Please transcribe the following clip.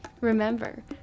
Remember